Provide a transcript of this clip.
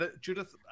Judith